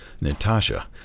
Natasha